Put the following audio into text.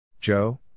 Joe